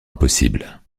impossible